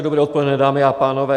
Dobré odpoledne, dámy a pánové.